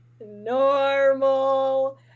normal